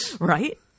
Right